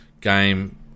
game